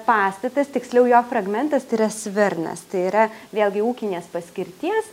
pastatas tiksliau jo fragmentas tai yra svirnas tai yra vėlgi ūkinės paskirties